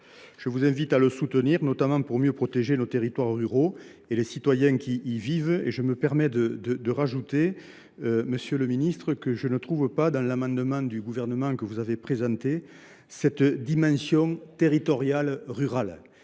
je vous invite à le soutenir pour mieux protéger nos territoires ruraux et les citoyens qui y vivent. Je me permets d’ajouter, monsieur le ministre, que je ne trouve pas dans l’amendement n° 155 rectifié du Gouvernement cette dimension territoriale rurale.